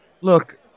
look